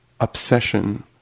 obsession